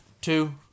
two